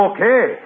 Okay